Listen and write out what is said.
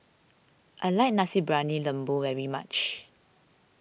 I like Nasi Briyani Lembu very much